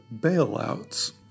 bailouts